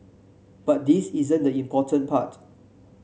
but this isn't the important part